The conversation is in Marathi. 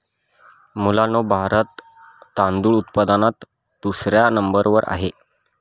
मुलांनो भारत तांदूळ उत्पादनात दुसऱ्या नंबर वर आहे